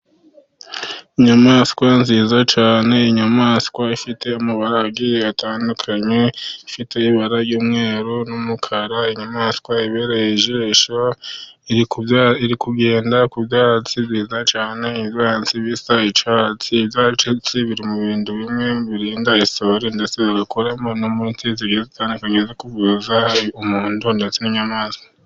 Inyamaswa nziza cyane, inyamaswa ifite amabara agiye atandukanye, ifite ibara ry'umweru n'umukara, inyamaswa ibereye ijisho, iri kugenda ku byatsi byiza cyane, ibyatsi bisa icyatsi, ibyatsi biri mu bintu bimwe birinda isuri, ndetse bagakoramo n'imiti igiye itandukanye yo kuvuza umuntu ndetse n'inyamaswa.